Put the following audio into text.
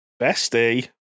bestie